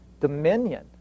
Dominion